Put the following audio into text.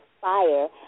fire